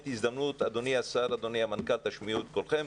אדוני השר ואדוני המנכ"ל, תשמיעו את קולכם.